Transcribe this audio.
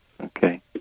Okay